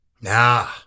Nah